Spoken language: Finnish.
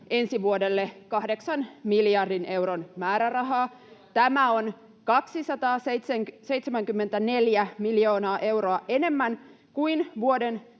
ensi vuodelle kahdeksan miljardin euron määrärahaa. Tämä on 274 miljoonaa euroa enemmän kuin vuoden